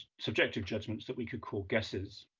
subjective judgments that we could call guesses.